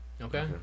okay